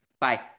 bye